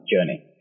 journey